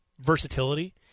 versatility